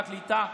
פרקליטה,